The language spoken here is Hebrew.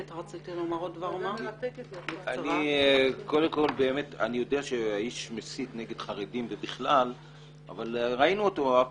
אני יודע שהאיש מסית נגד חרדים ובכלל אבל ראינו אותו.